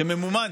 שממומן,